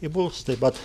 į bus taip pat